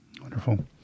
Wonderful